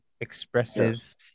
Expressive